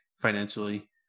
financially